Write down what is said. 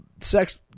sex